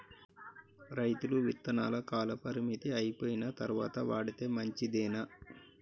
రైతులు విత్తనాల కాలపరిమితి అయిపోయిన తరువాత వాడితే మంచిదేనా?